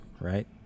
right